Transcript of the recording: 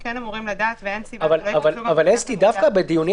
כן אמורים לדעת ואין סיבה --- דווקא בדיוני